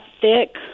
thick